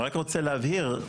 להבהיר,